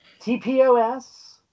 TPOS